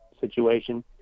situation